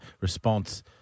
response